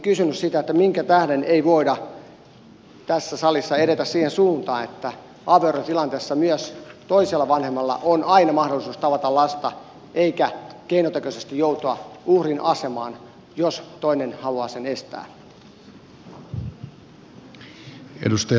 olisinkin kysynyt minkä tähden ei voida tässä salissa edetä siihen suuntaan että avioerotilanteessa myös toisella vanhemmalla on aina mahdollisuus tavata lasta eikä keinotekoisesti joutua uhrin asemaan jos toinen haluaa sen estää